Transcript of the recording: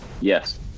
Yes